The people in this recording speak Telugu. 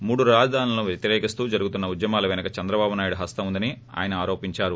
మూడు రాజధానులను వ్యతిరేకిస్తూ జరుగుతున్న ఉద్యమాల పెనుక చంద్రబాబు నాయుడు హస్తం ఉందని ఆయన ఆరోపించారు